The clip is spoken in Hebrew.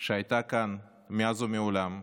שהייתה כאן מאז ומעולם.